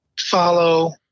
Follow